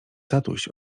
tatuś